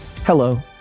Hello